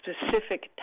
specific